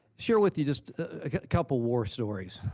share with you just a couple of war stories.